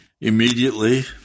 Immediately